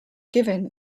given